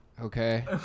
Okay